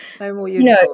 No